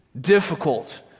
difficult